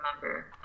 remember